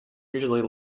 usually